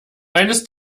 eines